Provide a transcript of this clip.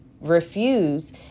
refuse